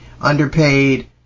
underpaid